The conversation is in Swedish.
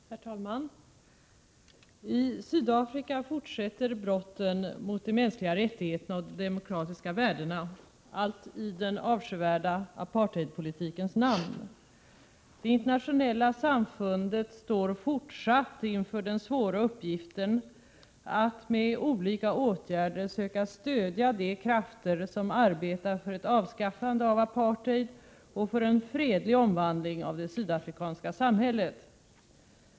Herr talman! I Sydafrika fortsätter brotten mot de mänskliga rättigheterna och de demokratiska värdena, allt i den avskyvärda apartheidpolitikens namn. Det internationella samfundet står fortfarande inför den svåra uppgiften att med olika åtgärder söka stödja de krafter som arbetar för ett avskaffande av apartheid och för en fredlig omvandling av det sydafrikanska samhället.